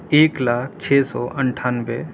ایک لاکھ چھ سو اٹھانوے